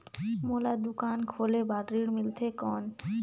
मोला दुकान खोले बार ऋण मिलथे कौन?